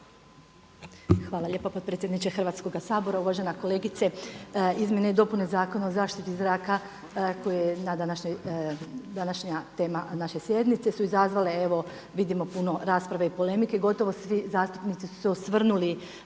Hvala lijepo potpredsjedniče Hrvatskog sabora. Uvažena kolegice. Izmjene i dopune Zakona o zaštiti zraka koja je današnja tema naše sjednice su izazvale evo vidimo puno rasprave i polemike. Gotovo svi zastupnici su se osvrnuli